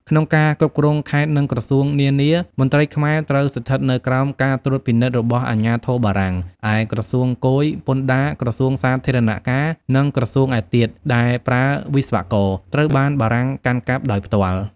ក្នុងការគ្រប់គ្រងខេត្ត និងក្រសួងនានា មន្ត្រីខ្មែរត្រូវស្ថិតនៅក្រោមការត្រួតពិនិត្យរបស់អាជ្ញាធរបារាំង ឯក្រសួងគយ ពន្ធដារ ក្រសួងសាធារណការ និងក្រសួងឯទៀតដែលប្រើវិស្វករ ត្រូវបានបារាំងកាន់កាប់ដោយផ្ទាល់។